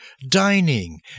dining